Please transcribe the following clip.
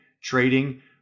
trading